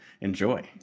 Enjoy